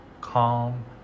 calm